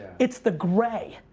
it's the gray.